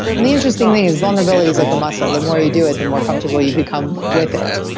and the interesting thing is vulnerability is like a muscle the more you do it the more comfortable you become with it.